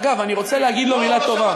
אגב, אני רוצה להגיד לו מילה טובה.